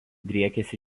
driekiasi